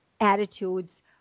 attitudes